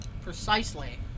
Precisely